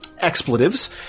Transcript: expletives